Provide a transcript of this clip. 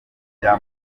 bya